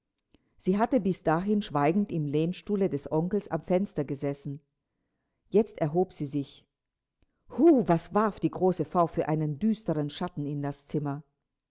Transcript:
sie hatte bis dahin schweigend im lehnstuhle des onkels am fenster gesessen jetzt erhob sie sich hu was warf die große frau für einen düstern schatten in das zimmer